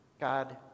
God